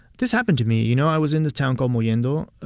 this happened to me. you know, i was in a town called mollendo.